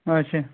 اَچھا